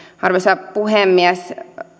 arvoisa puhemies